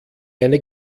eine